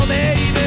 baby